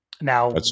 Now